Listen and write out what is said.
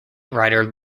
writer